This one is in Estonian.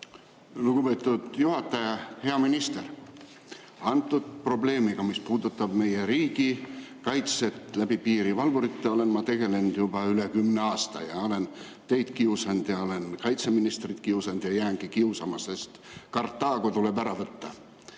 Lugupeetud juhataja! Hea minister! Antud probleemiga, mis puudutab meie riigi kaitset läbi piirivalvurite, olen ma tegelenud juba üle kümne aasta. Olen teid kiusanud ja olen kaitseministrit kiusanud ja jäängi kiusama, sest Kartaago tuleb ära võtta.